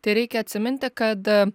tai reikia atsiminti kad